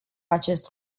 acest